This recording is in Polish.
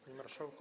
Panie Marszałku!